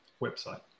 website